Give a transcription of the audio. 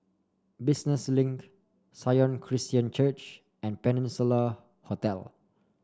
Business Link Sion Christian Church and Peninsula Hotel